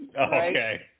Okay